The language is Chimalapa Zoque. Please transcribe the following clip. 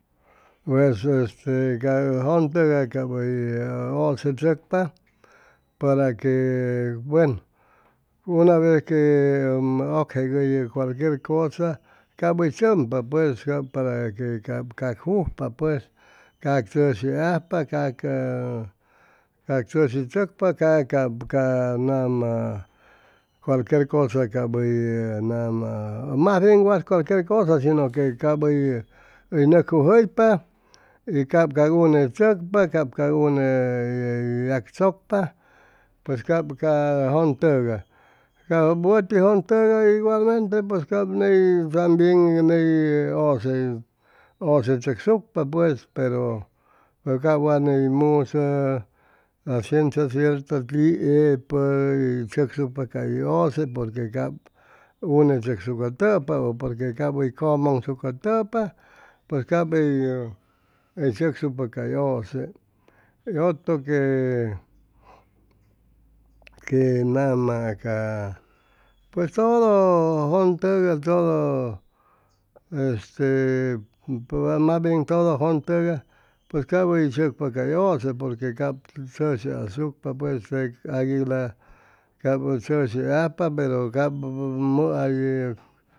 Pues este ca jʉntʉgay ap hʉy ʉse tzʉcpa para que buenu una vez que ʉgjegʉyʉ cualquier cosa cap hʉy zʉmpa pues cap para que cap jujpa cap cac jujpa pues cac tzʉshi ajpa cac ca cac tzʉshi chʉcpa ca ca nama cualquier cosa ap hʉy nama majbien wat cualquier cosa shino que cap hʉy nʉcjujʉypa y cap cag une chʉcpa cap une yagchʉcpa pues cap ca jʉntʉgay ca wʉti jʉn tʉgay igamente pues cap ney ytambien ney e ʉse ʉse chʉgsucpa pues pero cap wa ney musʉ a ciencia cierta tiepʉ hʉy ch+úgsucpa cay ʉse porque cap unechʉcsucʉtʉpa ʉ porque cap hʉy cʉmʉŋsucʉtʉpa pues cap hʉy hʉy chʉcsucpa cay ʉse y otro que que nama ca pues todo jʉn tʉgay todo este mas bien todoo jʉn tʉgay pues cap hʉy chʉcpa cay ʉse porque cap chʉshiasucpa pues aguila cap hʉy chʉshi ajpacap